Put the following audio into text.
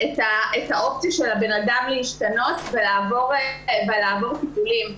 את האופציה של הבן-אדם לעבור טיפולים ולהשתנות,